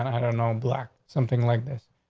i don't know. black. something like this.